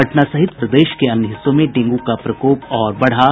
पटना सहित प्रदेश के अन्य हिस्सों में डेंगू का प्रकोप और बढ़ा